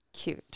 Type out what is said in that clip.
Cute